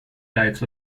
types